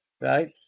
right